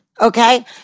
Okay